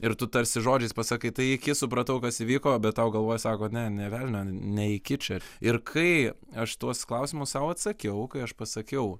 ir tu tarsi žodžiais pasakai tai iki supratau kas įvyko bet tau galvoj sako ne nė velnio ne iki čia ir kai aš į tuos klausimus sau atsakiau kai aš pasakiau